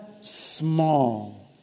small